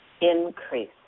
increase